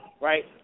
right